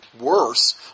worse